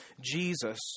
Jesus